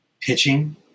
pitching